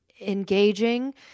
engaging